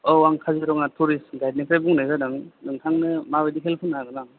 औ आं काजिरङा टुरिस्ट गाइडनिफ्राय बुंनाय जादों नोंथांनो माबादि हेल्प होनो हागोन आं